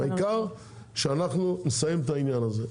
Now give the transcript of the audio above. העיקר שאנחנו נסיים את העניין הזה.